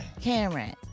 Cameron